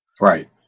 Right